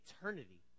eternity